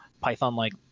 Python-like